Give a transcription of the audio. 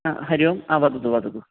हा हरिः ओम् आ वदतु वदतु